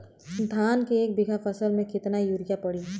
धान के एक बिघा फसल मे कितना यूरिया पड़ी?